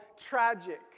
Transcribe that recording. tragic